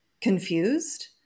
confused